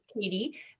Katie